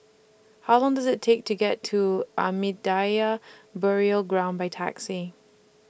How Long Does IT Take to get to Ahmadiyya Burial Ground By Taxi